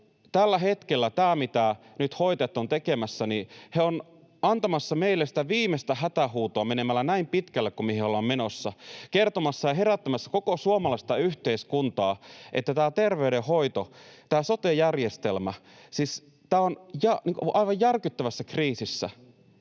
Tällä hetkellä, mitä nyt hoitajat ovat tekemässä, he ovat antamassa meille sitä viimeistä hätähuutoa menemällä näin pitkälle kuin mihin ollaan menossa, kertomassa ja herättämässä koko suomalaista yhteiskuntaa, että terveydenhoito, sote-järjestelmä, siis tämä on aivan järkyttävässä kriisissä.